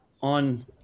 on